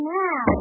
now